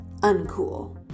uncool